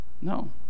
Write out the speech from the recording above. No